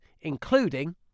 including